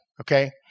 okay